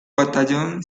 batallón